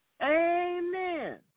Amen